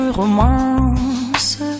romance